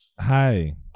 hi